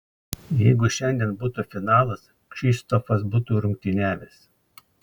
jeigu šiandien būtų finalas kšištofas būtų rungtyniavęs